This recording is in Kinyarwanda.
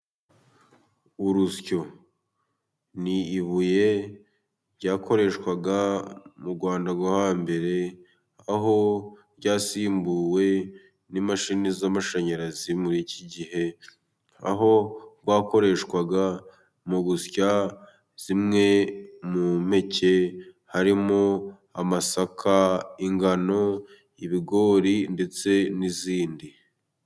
Urusyo ni ibuye ryakoreshwaga mu Rwanda rwo hambere， aho ryasimbuwe n'imashini z'amashanyarazi，muri iki gihe， aho ryakoreshwaga mu gusya zimwe mu mpeke， harimo amasaka， ingano， ibigori， ndetse n'izindi.